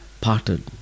parted